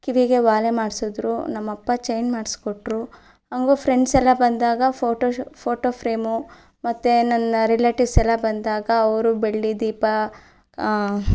ಕಿವಿಗೆ ಓಲೆ ಮಾಡಿಸಿದ್ರು ನಮ್ಮಪ್ಪ ಚೈನ್ ಮಾಡಿಸ್ಕೊಟ್ರು ಹಂಗೂ ಫ್ರೆಂಡ್ಸ್ ಎಲ್ಲ ಬಂದಾಗ ಫೋಟೋ ಶು ಫೋಟೋ ಫ್ರೇಮೂ ಮತ್ತೆ ನನ್ನ ರಿಲೇಟಿವ್ಸ್ ಎಲ್ಲ ಬಂದಾಗ ಅವರು ಬೆಳ್ಳಿ ದೀಪ